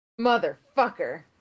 motherfucker